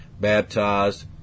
baptized